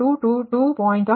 0478 ಕೋನ 222